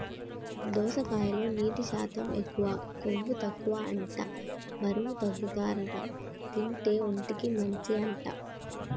దోసకాయలో నీటి శాతం ఎక్కువ, కొవ్వు తక్కువ అంట బరువు తగ్గుతారట తింటే, ఒంటికి మంచి అంట